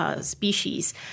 Species